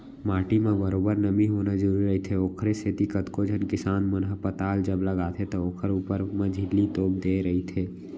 माटी म बरोबर नमी होना जरुरी रहिथे, ओखरे सेती कतको झन किसान मन ह पताल जब लगाथे त ओखर ऊपर म झिल्ली तोप देय रहिथे